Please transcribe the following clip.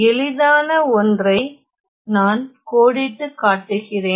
எளிதான ஒன்றை நான் கோடிட்டுக் காட்டுகிறேன்